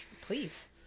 please